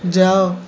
ଯାଅ